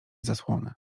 zasłony